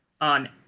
on